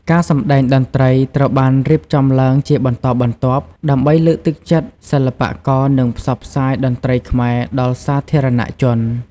ការសម្តែងតន្ត្រីត្រូវបានរៀបចំឡើងជាបន្តបន្ទាប់ ដើម្បីលើកទឹកចិត្តសិល្បករ និងផ្សព្វផ្សាយតន្ត្រីខ្មែរដល់សាធារណជន។